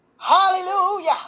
Hallelujah